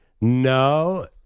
No